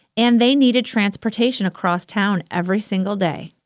and they needed transportation across town every single day.